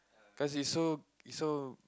cause it's so it's so